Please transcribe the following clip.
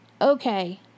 Okay